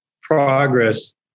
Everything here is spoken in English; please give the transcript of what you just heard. progress